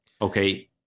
okay